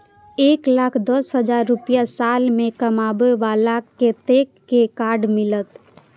एक लाख दस हजार रुपया साल में कमाबै बाला के कतेक के कार्ड मिलत?